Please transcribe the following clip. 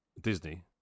Disney